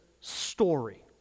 story